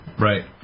Right